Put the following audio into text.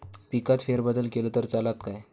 पिकात फेरबदल केलो तर चालत काय?